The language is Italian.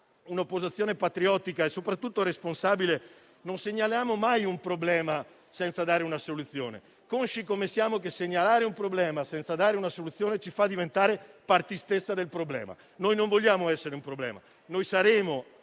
un'opposizione patriottica e soprattutto responsabile, non segnaliamo mai un problema senza dare una soluzione, consci come siamo che segnalare un problema senza dare una soluzione ci fa diventare parte stessa del problema. Noi non vogliamo essere un problema, ma saremo